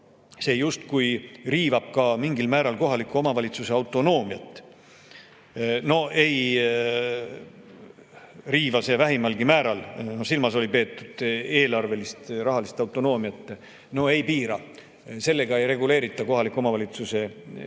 see justkui riivab mingil määral kohaliku omavalitsuse autonoomiat. No ei riiva vähimalgi määral. Silmas oli peetud eelarvelist, rahalist autonoomiat. No ei piira! Sellega ei reguleerita kohaliku omavalitsuse eelarve